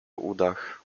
udach